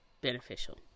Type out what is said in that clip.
beneficial